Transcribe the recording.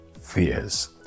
fears